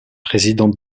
présidente